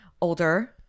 Older